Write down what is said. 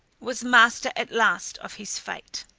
was master at last of his fate,